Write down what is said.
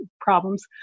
problems